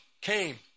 came